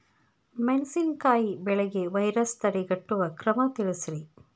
ಮೆಣಸಿನಕಾಯಿ ಬೆಳೆಗೆ ವೈರಸ್ ತಡೆಗಟ್ಟುವ ಕ್ರಮ ತಿಳಸ್ರಿ